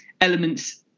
elements